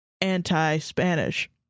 anti-spanish